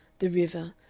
the river,